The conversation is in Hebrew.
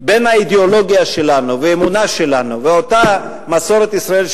בין האידיאולוגיה שלנו והאמונה שלנו ואותה מסורת ישראל,